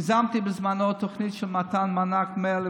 יזמתי בזמנו תוכנית של מתן מענק 100,000